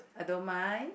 I don't mind